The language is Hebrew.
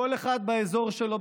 כל אחד באזור שלו,